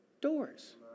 doors